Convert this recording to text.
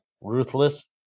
ruthless